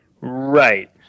Right